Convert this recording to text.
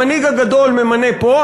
המנהיג הגדול ממנה פה,